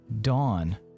dawn